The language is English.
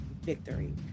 victory